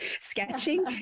sketching